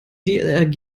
dlrg